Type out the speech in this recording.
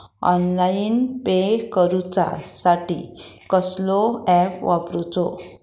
Online pay करूचा साठी कसलो ऍप वापरूचो?